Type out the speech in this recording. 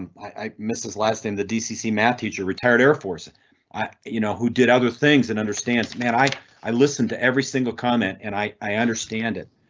i miss his last name, the dcc math teacher, retired air force. i you know who did other things and understands man, i i listen to every single comment and i i understand it.